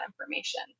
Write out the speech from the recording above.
information